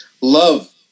love